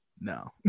no